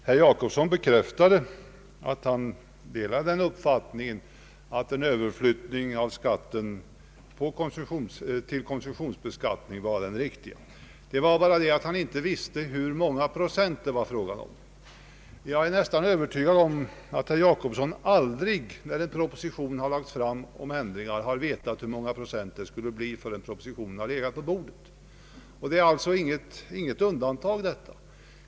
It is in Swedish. Herr talman! Herr Gösta Jacobsson bekräftade att han delade uppfattningen att en överflyttning av skatten till konsumtionsbeskattning var riktig. Han visste bara inte hur många procent det är fråga om. Jag är nästan övertygad om att herr Jacobsson aldrig, när det har gällt en ändring, har vetat hur många procent det skulle bli förrän propositionen lagts på bordet. Detta är alltså inte något undantag.